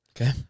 Okay